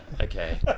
okay